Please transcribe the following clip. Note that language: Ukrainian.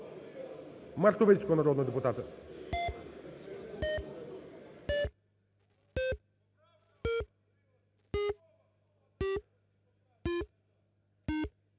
Мартовицького, народного депутата.